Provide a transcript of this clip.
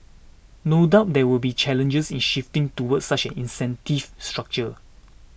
no doubt there will be challenges in shifting towards such an incentive structure